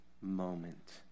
moment